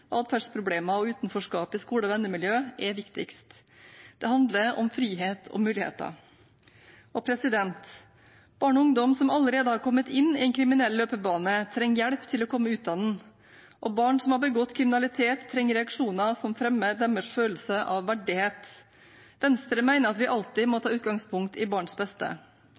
og utenforskap i skole- og vennemiljø, er viktigst. Det handler om frihet og muligheter. Barn og ungdom som allerede har kommet inn i en kriminell løpebane, trenger hjelp til å komme ut av den. Barn som har begått kriminalitet, trenger reaksjoner som fremmer deres følelse av verdighet. Venstre mener at vi alltid må ta utgangspunkt i barns beste.